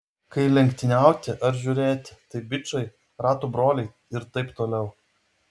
kai lenktyniauti ar žiūrėti tai bičai ratų broliai ir taip toliau